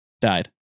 died